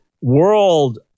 world